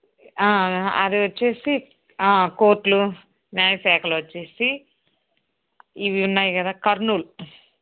అది వచ్చేసి కోర్ట్లు న్యాయశాఖలు వచ్చేసి ఇవి ఉన్నాయి కదా కర్నూలు